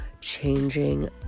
changing